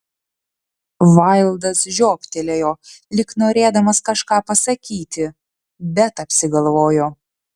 vaildas žiobtelėjo lyg norėdamas kažką pasakyti bet apsigalvojo